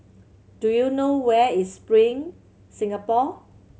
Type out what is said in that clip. do you know where is Spring Singapore